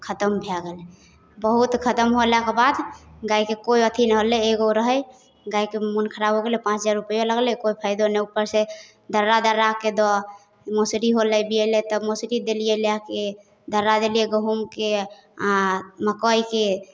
खतम भऽ गेलै बहुत खतम होलाके बाद गाइके कोइ अथी नहि होलै एगो रहै गाइके मोन खराब हो गेलै पाँच हजार रुपैओ लगलै कोइ फायदो नहि उपरसँ दर्रा दर्राके दऽ मौसरी होलै तऽ बिएलै तऽ मौसरी देलिए लऽ कऽ दर्रा देलिए गहूमके आओर मकइके